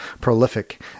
prolific